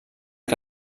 que